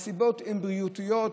הסיבות הן בריאותיות,